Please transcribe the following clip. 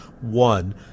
one